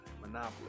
Monopoly